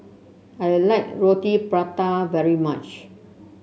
I like Roti Prata very much